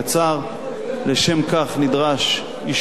לשם כך נדרש אישורו של אלוף הפיקוד,